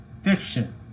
Fiction